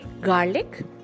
garlic